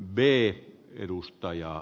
arvoisa puhemies